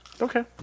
Okay